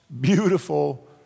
beautiful